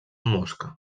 mosca